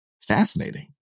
fascinating